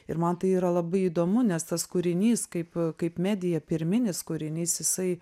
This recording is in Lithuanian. ir man tai yra labai įdomu nes tas kūrinys kaip kaip medija pirminis kūrinys jisai